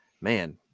man